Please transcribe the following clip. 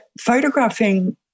photographing